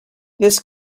this